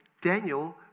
Daniel